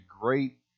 great